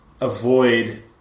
avoid